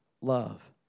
love